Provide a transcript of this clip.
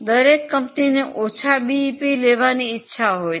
દરેક કંપનીને ઓછા બીઇપી લેવાની ઇચ્ચા હોય છે